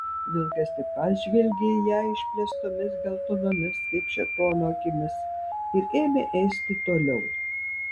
vilkas tik pažvelgė į ją išplėstomis geltonomis kaip šėtono akimis ir ėmė ėsti toliau